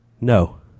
No